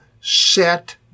set